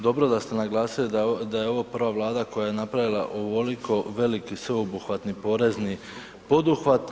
Dobro da ste naglasili da je ovo prva Vlada koja je napravila ovoliko veliki sveobuhvatni porezni poduhvat.